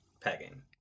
pegging